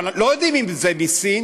אבל לא יודעים אם זה מסין,